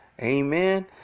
Amen